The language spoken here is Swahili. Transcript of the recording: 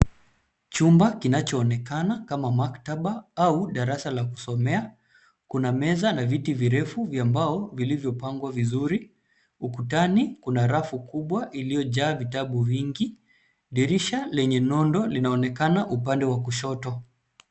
Chumba kinachoonekana kama maktaba au darasa la kusomea. Kuna meza na viti virefu vya mbao vilivyopangwa vizuri. Ukutani kuna rafu kubwa iliyojaa vitabu vingi. Dirisha lenye nondo linaonekana upande wa kushoto.